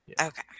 okay